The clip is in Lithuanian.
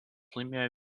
laimėjo